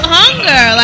hunger